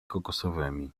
kokosowymi